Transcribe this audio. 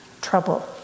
trouble